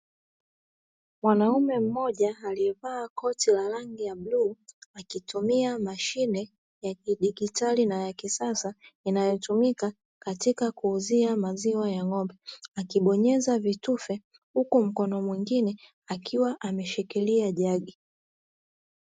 Mwanaume mmoja aliyevaa koti la rangi ya bluu, akitumia mashine ya kidigitali na ya kisasa inayotumika katika kuuzia maziwa ya ng'ombe, akibonyeza vitufe huku mkono mwingine akiwa ameshikilia jagi.